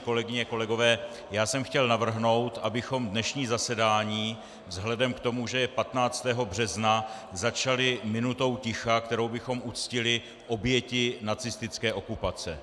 Kolegyně, kolegové, já jsem chtěl navrhnout, abychom dnešní zasedání vzhledem k tomu, že je 15. března, začali minutou ticha, kterou bychom uctili oběti nacistické okupace.